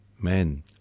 men